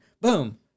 boom